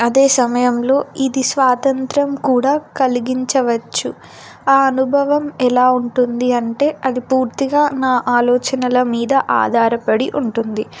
అదే సమయంలో ఇది స్వాతంత్రం కూడా కలిగించవచ్చు ఆ అనుభవం ఎలా ఉంటుంది అంటే అది పూర్తిగా నా ఆలోచనల మీద ఆధారపడి ఉంటుంది